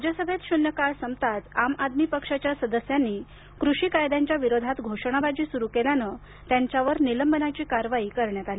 राज्यसभेत शून्यकाळ संपताच आम आदमी पक्षाच्या सदस्यांनी कृषी कायद्यांच्या विरोधात घोषणाबाजी सुरू केली त्यामुळं त्यांच्यावर निलंबनाची कारवाई करण्यात आली